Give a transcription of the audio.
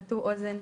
הטו אוזן,